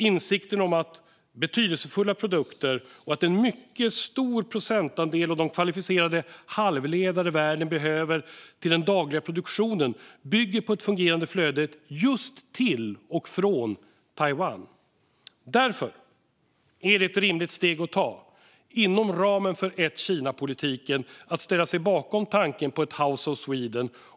Insikten om att betydelsefulla produkter och att en mycket stor procentandel av de kvalificerade halvledare världen behöver till den dagliga produktionen bygger på ett fungerande flöde till och från Taiwan. Ett rimligt steg att ta - inom ramen för ett-Kina-politiken - är därför att ställa sig bakom tanken på ett House of Sweden.